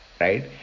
right